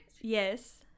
yes